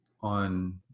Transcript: on